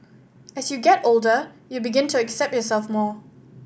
as you get older you begin to accept yourself more